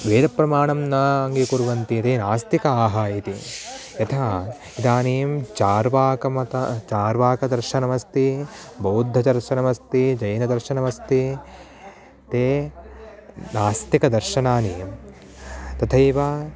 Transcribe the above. वेदप्रमाणं न अङ्गीकुर्वन्ति ते नास्तिकाः इति यतः इदानीं चार्वाकमतं चार्वाकदर्शनमस्ति बौद्धदर्शनमस्ति जैनदर्शनमस्ति ते नास्तिकदर्शनानि तथैव